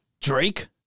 Drake